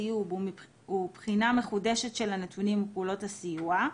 טיוב ומבחינה מחודשת של הנתונים ופעולות הסיוע,